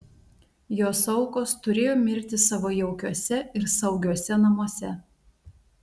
jos aukos turėjo mirti savo jaukiuose ir saugiuose namuose